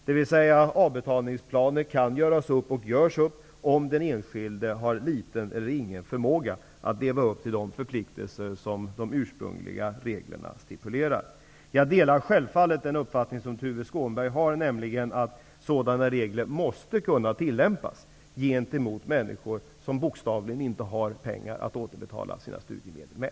Det betyder att avbetalningsplaner kan göras upp, och görs upp, om den enskilde har liten eller ingen förmåga att leva upp till de förpliktelser som de ursprungliga reglerna stipulerar. Jag delar självfallet den uppfattning som Tuve Skånberg har, nämligen att sådana regler måste kunna tillämpas gentemot människor som bokstavligen inte har pengar att återbetala sina studiemedel med.